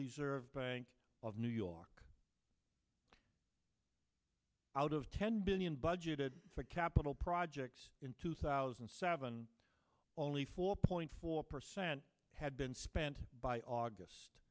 reserve bank of new york out of ten billion budgeted for capital projects in two thousand and seven only four point four percent had been spent by august